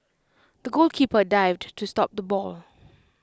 the goalkeeper dived to stop the ball